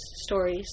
stories